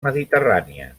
mediterrània